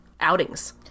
outings